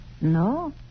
No